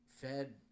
fed